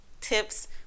tips